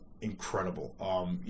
incredible